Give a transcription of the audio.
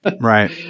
right